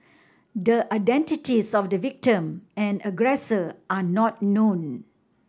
the identities of the victim and aggressor are not known